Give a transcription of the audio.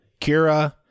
Kira